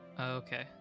okay